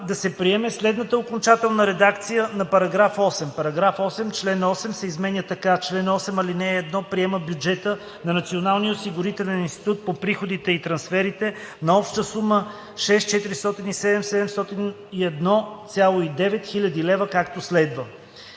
следната окончателна редакция на § 8: „§ 8. Член 8 се изменя така: „Чл. 8. (1) Приема бюджета на Националния осигурителен институт по приходите и трансферите на обща сума 6 407 701,9 хил. лв., както следва:“.